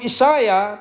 Isaiah